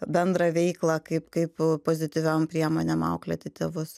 bendrą veiklą kaip kaip pozityviom priemonėm auklėti tėvus